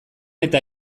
eta